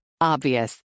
obvious